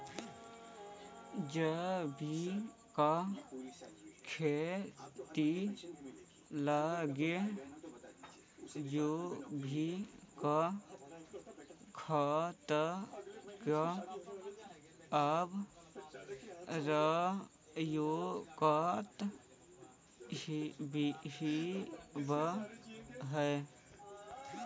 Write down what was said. जैविक खेती लगी जैविक खाद के आवश्यकता होवऽ हइ